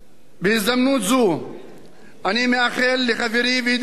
בהזדמנות זו אני מאחל לחברי וידידי,